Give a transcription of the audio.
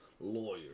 lawyer